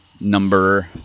number